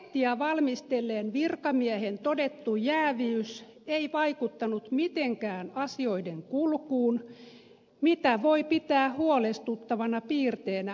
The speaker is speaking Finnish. pakettia valmistelleen virkamiehen todettu jääviys ei vaikuttanut mitenkään asioiden kulkuun mitä voi pitää huolestuttavana piirteenä oikeusvaltiossa